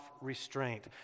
restraint